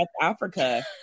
Africa